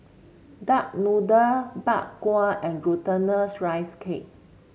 Duck Noodle Bak Kwa and Glutinous Rice Cake